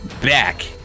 back